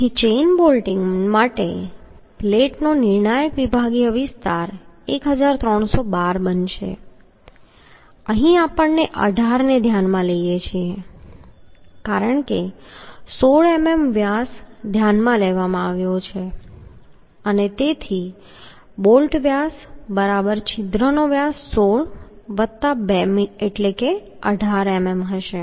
તેથી chain bolting માટે પ્લેટનો નિર્ણાયક વિભાગીય વિસ્તાર 1312 બનશે અહીં આપણે 18 ને ધ્યાનમાં લઈએ છીએ કારણ કે 16 મીમી વ્યાસ ધ્યાનમાં લેવામાં આવ્યો છે અને તેથી બોલ્ટ વ્યાસ બરાબર છિદ્રનો વ્યાસ 16 વત્તા 2 એટલે કે 18 મીમી હશે